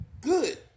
good